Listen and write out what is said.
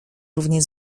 równie